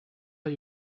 are